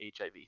hiv